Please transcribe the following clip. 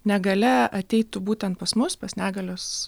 negalia ateitų būtent pas mus pas negalios